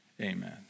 Amen